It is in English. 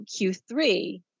Q3